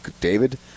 David